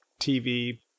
TV